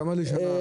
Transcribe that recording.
כמה לשנה,